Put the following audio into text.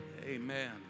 Amen